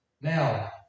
now